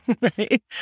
right